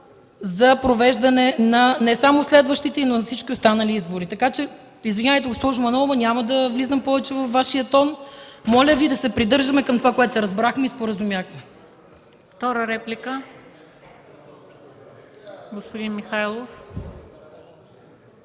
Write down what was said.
за провеждане не само на следващите, но и на всички останали избори. Извинявайте, госпожо Манолова, няма да влизам повече във Вашия тон. Моля Ви да си придържаме към това, за което се разбрахме и се споразумяхме.